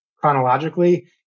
chronologically